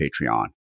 Patreon